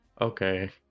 okay